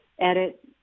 edit